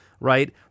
right